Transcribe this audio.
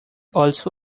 also